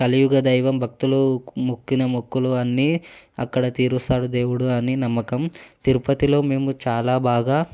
కలియుగ దైవం భక్తులు మొక్కిన మొక్కులు అన్నీ అక్కడ తీరుస్తాడు దేవుడు అని నమ్మకం తిరుపతిలో మేము చాలా బాగా